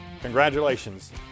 Congratulations